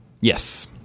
Yes